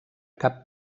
cap